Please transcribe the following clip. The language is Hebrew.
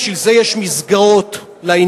בשביל זה יש מסגרות לעניין.